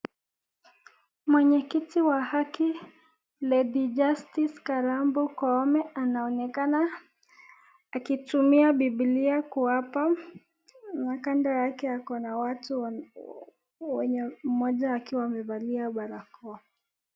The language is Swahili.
Mwenyekiti wa Haki Lady Justice Karambu Koome anaonekana akitumia Biblia kuwapa kando yake ako na watu wenye mmoja akiwa amevalia barakoa.